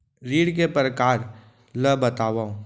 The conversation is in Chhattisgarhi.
ऋण के परकार ल बतावव?